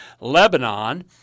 Lebanon